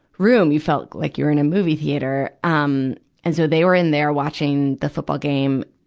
room, you felt like you were in a movie theater. um and so they were in there watching the football game.